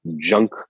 junk